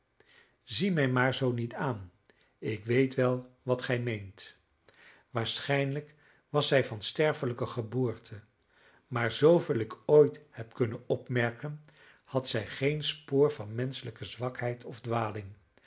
zie mij maar zoo niet aan ik weet wel wat gij meent waarschijnlijk was zij van sterfelijke geboorte maar zooveel ik ooit heb kunnen opmerken had zij geen spoor van menschelijke zwakheid of dwaling